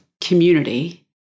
community